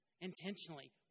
intentionally